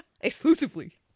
exclusively